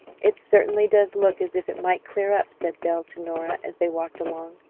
it certainly does look as if it might clear up, said belle to nora, as they walked along.